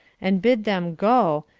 and bid them go,